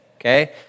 Okay